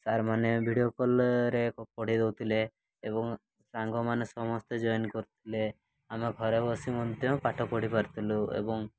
ସାର୍ମାନେ ଭିଡ଼ିଓ କଲ୍ରେ ପଢ଼ାଇ ଦେଉଥିଲେ ଏବଂ ସାଙ୍ଗମାନେ ସମସ୍ତେ ଜଏନ୍ କରୁଥିଲେ ଆମେ ଘରେ ବସି ମଧ୍ୟ ପାଠ ପଢ଼ି ପାରିଥିଲୁ ଏବଂ